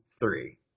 three